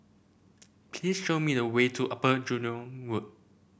please show me the way to Upper Jurong Road